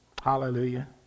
Hallelujah